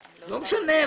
לא השתקנו אותו.